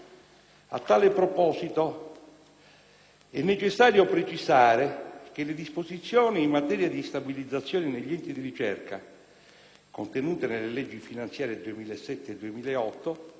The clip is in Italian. A tale proposito è necessario precisare che le disposizioni in materia di stabilizzazione negli enti di ricerca, contenute nelle leggi finanziarie 2007 e 2008,